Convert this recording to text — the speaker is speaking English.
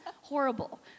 horrible